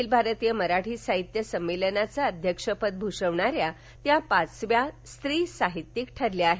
अखिल भारतीय मराठी साहित्य संमेलनाचं अध्यक्षपद भूषवणाऱ्या त्या पाचव्या स्त्री साहित्यिक ठरल्या आहेत